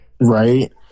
right